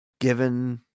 given